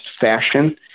fashion